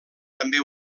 també